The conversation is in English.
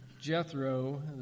Jethro